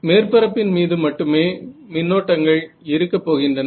மேற்பரப்பின் மீது மட்டுமே மின்னோட்டங்கள் இருக்கப் போகின்றன